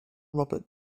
robert